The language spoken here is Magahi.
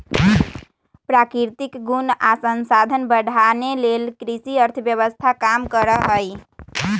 प्राकृतिक गुण आ संसाधन बढ़ाने लेल कृषि अर्थव्यवस्था काम करहइ